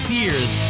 years